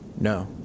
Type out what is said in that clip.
No